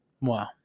Wow